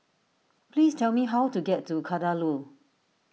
please tell me how to get to Kadaloor